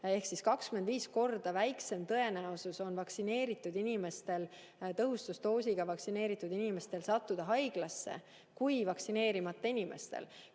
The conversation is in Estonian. Ehk 25 korda väiksem tõenäosus on vaktsineeritud inimestel, tõhustusdoosiga vaktsineeritud inimestel sattuda haiglasse kui vaktsineerimata inimestel.